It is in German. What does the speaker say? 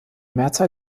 mehrzahl